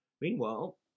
Meanwhile